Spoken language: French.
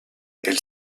elle